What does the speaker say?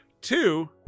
Two